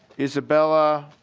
isabella